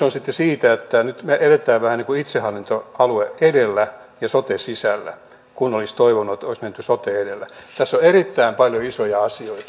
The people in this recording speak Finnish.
on selvää että nyt me riittävän kui itsehallinto alueet kyydillä ja sote sisällä kun olis toivonut on sokeiden taso yliopiston maailmasta löytyy tehostettavaa